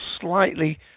slightly